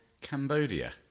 Cambodia